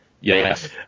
Yes